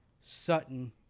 Sutton